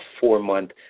four-month